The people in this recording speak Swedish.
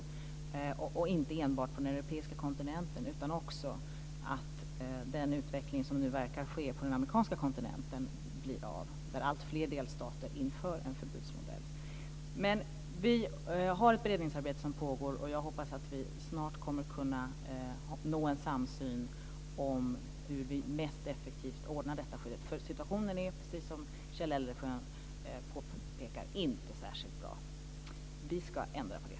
Det handlar inte heller enbart om den europeiska kontinenten utan också om att den utveckling som nu verkar ske på den amerikanska kontinenten blir av, där alltfler delstater inför en förbudsmodell. Men vi har ett beredningsarbete som pågår, och jag hoppas att vi snart kommer att kunna nå en samsyn om hur vi mest effektivt ordnar detta skydd. Situationen är nämligen, precis som Kjell Eldensjö påpekar, inte särskilt bra. Vi ska ändra på det.